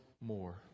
more